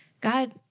God